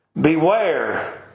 Beware